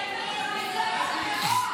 תתביישו.